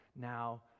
now